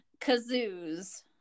kazoos